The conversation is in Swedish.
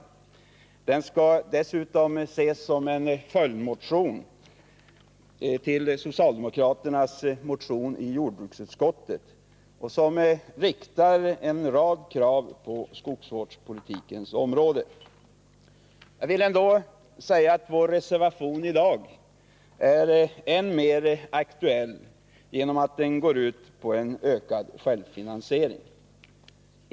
Motionen skall dessutom ses som en följdmotion till vår motion i jordbruksutskottet som ställer en rad krav på skogsvårdspolitikens område. Jag vill ändå säga att vår reservation i dag är än mer aktuell genom att den går ut på en ökad självfinansiering.